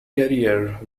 career